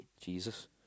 Jesus